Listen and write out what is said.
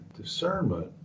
discernment